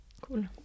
Cool